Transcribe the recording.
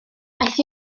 aeth